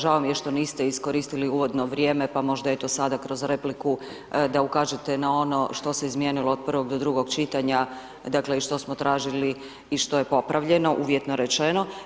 Žao mi je što niste iskoristili uvodno vrijeme, pa možda eto sada kroz repliku da ukažete na ono što se izmijenilo od prvog do drugog čitanja i što smo tražili i što je popravljeno, uvjetno rečeno.